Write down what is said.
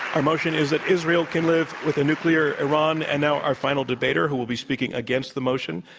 our motion is that israel can live with a nuclear iran. and now our final debater who will be speaking against the motion,